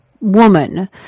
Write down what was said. woman